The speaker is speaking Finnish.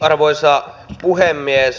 arvoisa puhemies